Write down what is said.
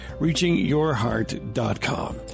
reachingyourheart.com